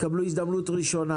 יקבלו הזדמנות ראשונה,